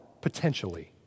potentially